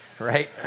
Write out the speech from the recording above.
right